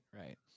right